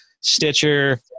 stitcher